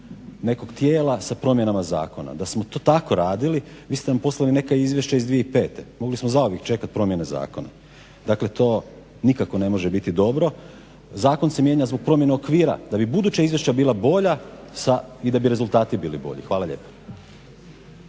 nekog tijela sa promjenama zakona. Da smo to tako radili, vi ste nam poslali neka izvješća i iz 2005. Mogli smo zauvijek čekati promjene zakona. Dakle, to nikako ne može biti dobro. Zakon se mijenja zbog promjene okvira da bi buduća izvješća bila bolja i da bi rezultati bili bolji. Hvala lijepa.